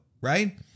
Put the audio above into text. right